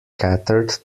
catered